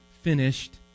finished